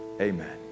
amen